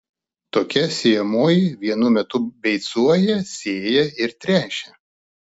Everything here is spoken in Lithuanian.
tokia sėjamoji vienu metu beicuoja sėja ir tręšia